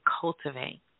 cultivate